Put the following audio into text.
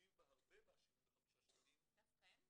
גבוהים בהרבה מה-75 שקלים -- דווקא הם?